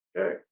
Okay